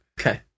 Okay